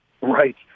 Right